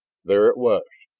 there it was,